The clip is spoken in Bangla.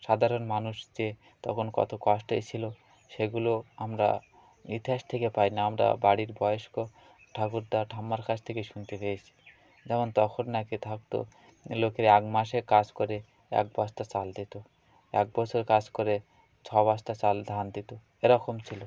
সাধারণ মানুষ যে তখন কত কষ্টে ছিল সেগুলো আমরা ইতিহাস থেকে পাই না আমরা বাড়ির বয়স্ক ঠাকুরদা ঠাম্মার কাছ থেকে শুনতে পেয়েছি যেমন তখন নাকি থাকত লোকে এক মাসে কাজ করে এক বাস্তা চাল দিত এক বছর কাজ করে ছয় বস্তা চাল ধান দিত এ রকম ছিল